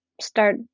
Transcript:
start